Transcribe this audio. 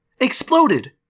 Exploded